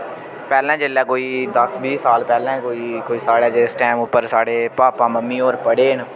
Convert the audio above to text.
पैह्लें जेल्लै कोई दस बीह् साल पैह्लें कोई कोई साढ़ै जिस टैम उप्पर साढ़े पापा मम्मी होर पढ़े न